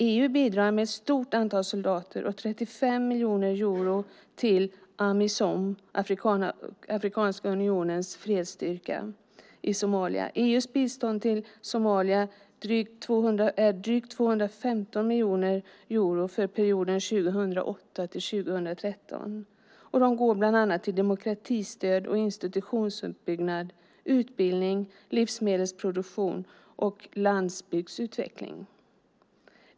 EU bidrar med ett stort antal soldater och 35 miljoner euro till Amisom, Afrikanska unionens fredsstyrka i Somalia. EU:s bistånd till Somalia, drygt 215 miljoner euro för perioden 2008-2013, går till bland annat demokratistöd och institutionsuppbyggnad, utbildning, livsmedelsproduktion och landsbygdsutveckling.